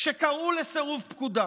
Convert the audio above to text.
שקראו לסירוב פקודה.